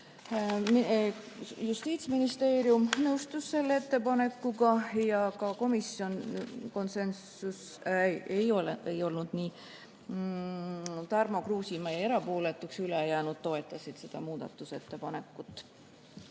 Justiitsministeerium nõustus selle ettepanekuga ja komisjoni konsensus oli selline, et Tarmo Kruusimäe jäi erapooletuks, ülejäänud toetasid seda muudatusettepanekut.